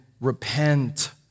repent